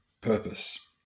Purpose